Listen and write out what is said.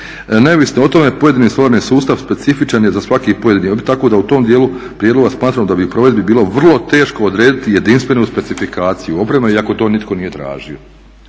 Neovisno o tome pojedini solarni sustav specifičan je za svaki pojedini tako da u tom dijelu prijedloga smatramo da bi u provedbi bilo vrlo teško odrediti jedinstvenu specifikaciju … iako to nitko nije tražio.